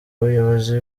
umuyobozi